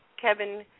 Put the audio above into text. Kevin